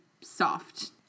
soft